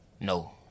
No